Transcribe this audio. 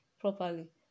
properly